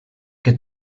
que